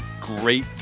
great